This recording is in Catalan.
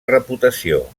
reputació